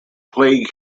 plague